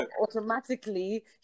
automatically